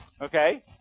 Okay